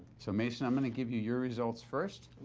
so, mason, i'm gonna give you your results first.